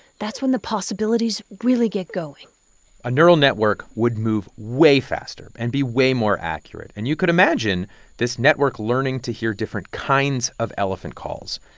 that's when the possibilities really get going a neural network would move way faster and be way more accurate. and you could imagine this network learning to hear different kinds of elephant calls,